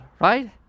right